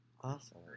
Awesome